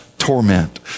torment